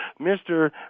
Mr